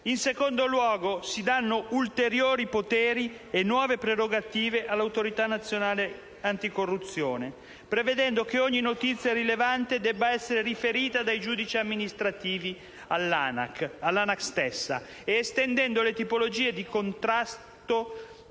In secondo luogo, si danno ulteriori poteri e nuove prerogative all'Autorità nazionale anticorruzione (ANAC), prevedendo che ogni notizia rilevante debba essere riferita dai giudici amministrativi all'ANAC, ed estendendo le tipologie di contrasto